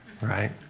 right